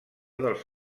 dels